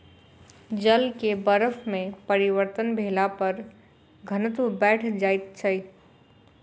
जल के बर्फ में परिवर्तन भेला पर घनत्व बैढ़ जाइत छै